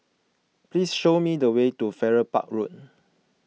please show me the way to Farrer Park Road